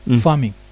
farming